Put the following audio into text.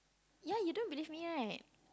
ya you don't believe me right